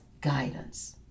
guidance